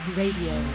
radio